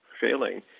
failing